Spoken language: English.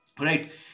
right